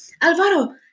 Alvaro